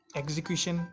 execution